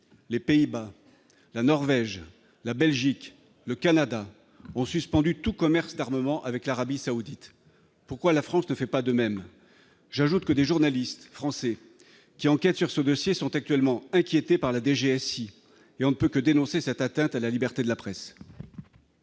les Pays-Bas, la Norvège, la Belgique, le Canada, ont suspendu tout commerce d'armement avec l'Arabie Saoudite, pourquoi la France ne fait pas de même j'ajoute que des journalistes français qui enquêtent sur ce dossier sont actuellement inquiété par la DGS il est on ne peut que dénoncer cette atteinte à la liberté de la presse.